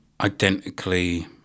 identically